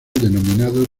denominado